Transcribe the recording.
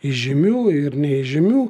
žymių ir neįžymių